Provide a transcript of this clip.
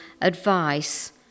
advice